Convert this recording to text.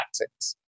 tactics